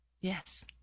Yes